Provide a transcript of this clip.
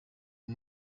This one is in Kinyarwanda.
uyu